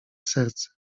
serce